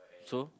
so